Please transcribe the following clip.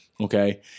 okay